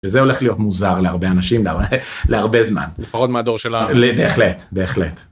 זה הולך להיות מוזר להרבה אנשים להרבה זמן, לפחות מהדור שלנו... בהחלט